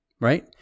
Right